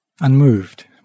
unmoved